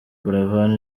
buravan